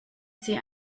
sie